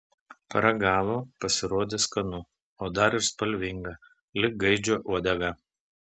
paragavo pasirodė skanu o dar ir spalvinga lyg gaidžio uodega